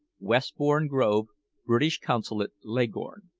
westbourne grove british consulate, leghorn